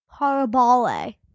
Parabole